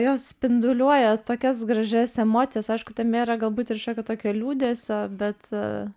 jos spinduliuoja tokias gražias emocijas aišku tame yra galbūt ir šiokio tokio liūdesio bet